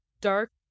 dark